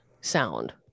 sound